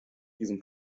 diesem